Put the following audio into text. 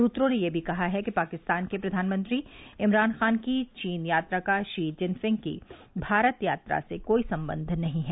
सुत्रों ने यह भी कहा है कि पाकिस्तान के प्रधानमंत्री इमरान खान की चीन यात्रा का शी चिनफिंग की भारत यात्रा से कोई संबंध नहीं है